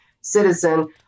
citizen